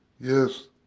Yes